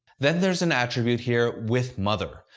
then there's an attribute here, with mother,